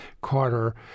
Carter